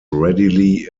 readily